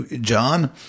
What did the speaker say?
John